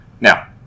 now